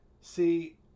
See